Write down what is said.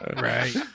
right